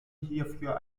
hierfür